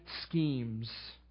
schemes